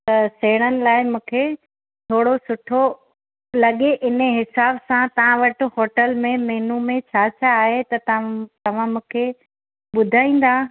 त सेणनि लाइ मूंखे थोरो सुठो लॻे हिन हिसाबु सां तव्हां वटि होटल में मेनू में छा छा आहे त तव्हां मूंखे ॿुधाईंदा